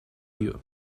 you